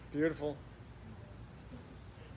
Beautiful